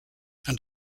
and